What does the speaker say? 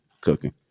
Cooking